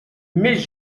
mais